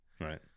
Right